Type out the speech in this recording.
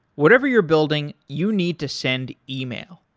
whatever you're building, you need to send email,